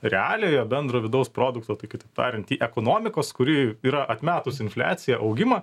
realiojo bendro vidaus produkto kitaip tariant į ekonomikos kuri yra atmetus infliaciją augimą